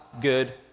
good